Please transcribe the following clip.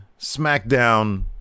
SmackDown